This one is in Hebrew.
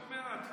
עוד מעט.